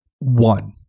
one